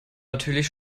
natürlich